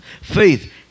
Faith